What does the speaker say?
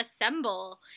assemble